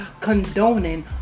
condoning